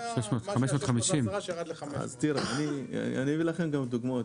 זה ה- 610 שירד ל- 500. אני אביא לכם דוגמאות,